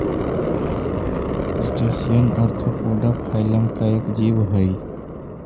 crustacean arthropoda phylum का एक जीव हई